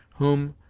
whom,